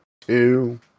two